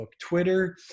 twitter